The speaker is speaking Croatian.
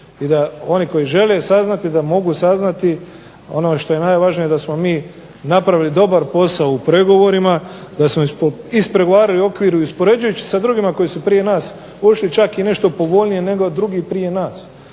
i da oni koji žele saznati da mogu saznati. Ono što je najvažnije da smo mi napravili dobar posao u pregovorima da smo ispregovarali u okviru i uspoređujući se sa drugima koji su prije nas ušli čak i nešto povoljnije nego drugi prije nas.